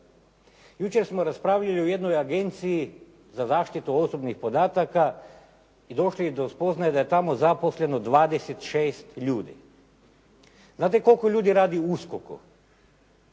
Jučer smo raspravljali o jednoj Agenciji za zaštitu osobnih podataka i došli do spoznaje da je tamo zaposleno 26 ljudi. Znate koliko ljudi radi u